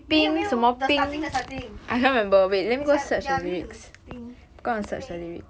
没有没有 the starting the starting 等一下 ya we need to think 一杯